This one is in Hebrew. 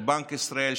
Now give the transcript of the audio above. של בנק ישראל,